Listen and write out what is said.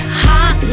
hot